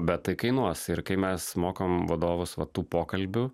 bet tai kainuos ir kai mes mokam vadovus va tų pokalbių